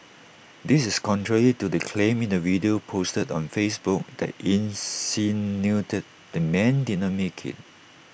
this is contrary to the claim in the video posted on Facebook that insinuated the man did not make IT